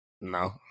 No